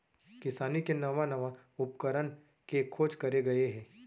किसानी के नवा नवा उपकरन के खोज करे गए हे